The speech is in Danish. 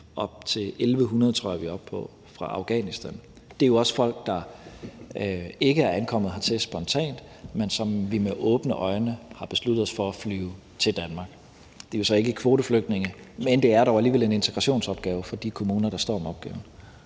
1.100 – tror jeg vi er oppe på – fra Afghanistan. Det er jo også folk, der ikke er ankommet hertil spontant, men som vi med åbne øjne har besluttet os for at flyve til Danmark. Det er jo så ikke kvoteflygtninge, men det er dog alligevel en integrationsopgave for de kommuner, der står med opgaven.